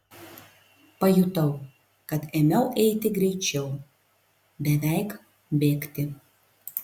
pajutau kad ėmiau eiti greičiau beveik bėgti